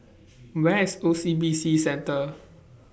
Where IS O C B C Centre